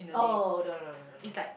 oh no no no no no